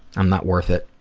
i'm not worth it